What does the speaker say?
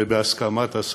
בהסכמת השר,